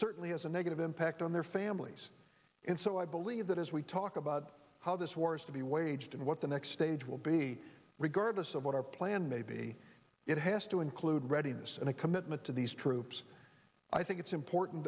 certainly has a negative impact on their families and so i believe that as we talk about how this war is to be waged and what the next stage will be regardless of what our plan may be it has to include readiness and a commitment to these troops i think it's important